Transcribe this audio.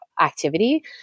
activity